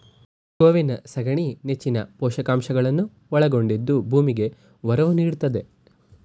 ಗೋವಿನ ಸಗಣಿ ನೆಚ್ಚಿನ ಪೋಷಕಾಂಶಗಳನ್ನು ಒಳಗೊಂಡಿದ್ದು ಭೂಮಿಗೆ ಒರವು ನೀಡ್ತಿದೆ